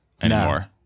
anymore